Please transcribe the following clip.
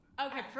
Okay